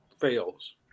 fails